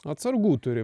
atsargų turi